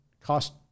cost